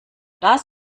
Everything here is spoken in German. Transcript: das